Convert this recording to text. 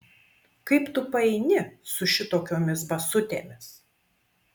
kaip tu paeini su šitokiomis basutėmis